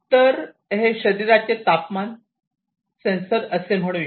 तर हे शरीराचे तापमान सेन्सर असे म्हणूया